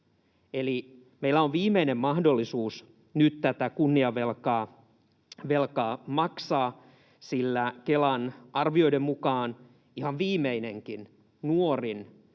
Meillä on siis viimeinen mahdollisuus nyt tätä kunniavelkaa maksaa, sillä Kelan arvioiden mukaan ihan viimeinenkin, nuorin